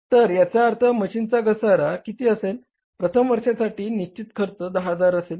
तर याचा अर्थ मशीनचा घसारा किती असेल प्रथम वर्षासाठी निश्चित खर्च 10000 असेल